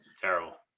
Terrible